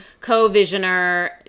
co-visioner